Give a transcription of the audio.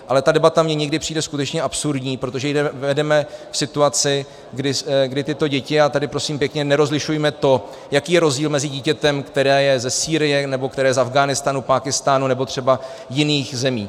Ale ta debata mi někdy přijde skutečně absurdní, protože ji vedeme v situaci, kdy tyto děti a tady prosím pěkně nerozlišujme to, jaký je rozdíl mezi dítětem, které je ze Sýrie, nebo které je z Afghánistánu, Pákistánu nebo třeba jiných zemí.